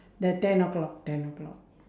the ten o'clock ten o'clock